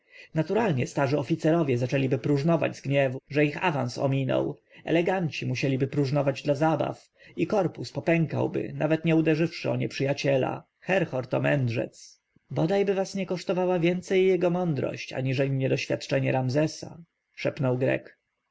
naturalnie starzy oficerowie zaczęliby próżnować z gniewu że ich awans ominął eleganci musieliby próżnować dla zabaw i korpus popękałby nawet nie uderzywszy o nieprzyjaciela o herhor to mędrzec bodajby nas nie kosztowała więcej jego mądrość aniżeli niedoświadczenie ramzesa szepnął grek